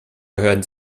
gehören